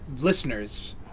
listeners